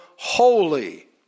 Holy